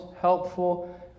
helpful